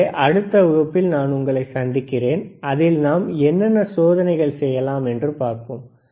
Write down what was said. எனவே அடுத்த வகுப்பில் நான் உங்களை சந்திக்கிறேன் அதில் நாம் என்னென்ன சோதனைகள் செய்யலாம் என்று பார்ப்போம்